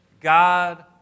God